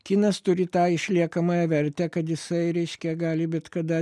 kinas turi tą išliekamąją vertę kad jisai reiškia gali bet kada